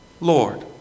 Lord